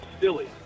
silly